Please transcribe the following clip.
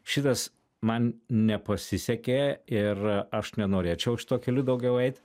šitas man nepasisekė ir aš nenorėčiau šituo keliu daugiau eit